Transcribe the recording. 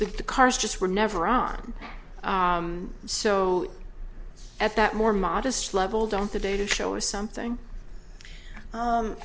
the cars just were never on so at that more modest level down today to show or something